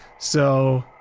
so.